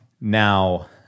Now